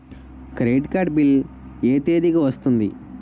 Credit card bill ఎ తేదీ కి వస్తుంది?